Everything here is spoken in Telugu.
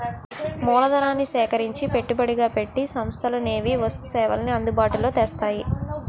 మూలధనాన్ని సేకరించి పెట్టుబడిగా పెట్టి సంస్థలనేవి వస్తు సేవల్ని అందుబాటులో తెస్తాయి